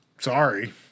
Sorry